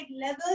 level